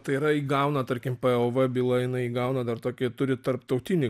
tai yra įgauna tarkim pov byla jinai įgauna dar tokį turi tarptautinį